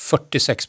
46